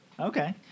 Okay